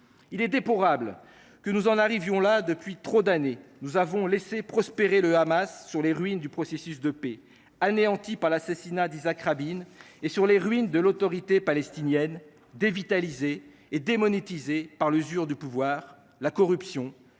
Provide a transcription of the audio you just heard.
Il serait déplorable que nous en arrivions là. Depuis trop d’années, nous avons laissé prospérer le Hamas sur les ruines du processus de paix, anéanti par l’assassinat de Yitzhak Rabin, et sur celles de l’Autorité palestinienne, dévitalisée et démonétisée par l’usure du pouvoir, par la corruption,